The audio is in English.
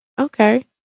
Okay